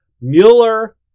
Mueller